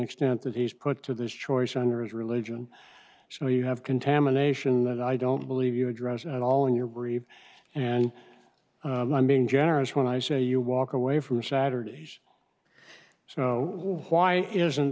extent that he's put to this choice under his religion so you have contamination that i don't believe you address at all in your brief and i'm being generous when i say you walk away from saturday's so why isn't